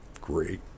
great